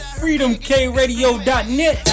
freedomkradio.net